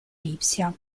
lipsia